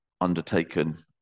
undertaken